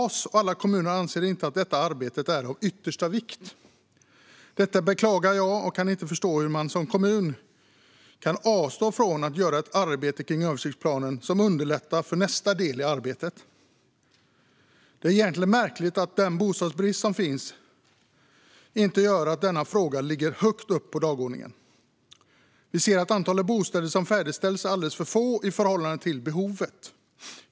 Det är inte heller alla kommuner som anser att detta arbete är av yttersta vikt. Det beklagar jag. Jag kan inte förstå att en kommun kan avstå från att göra ett arbete med översiktsplanen, som underlättar för nästa del i arbetet. Det är egentligen märkligt att bostadsbristen inte leder till att denna fråga står högt upp på dagordningen. Antalet bostäder som färdigställs är alldeles för litet i förhållande till behovet.